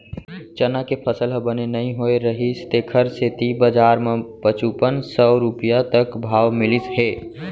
चना के फसल ह बने नइ होए रहिस तेखर सेती बजार म पचुपन सव रूपिया तक भाव मिलिस हे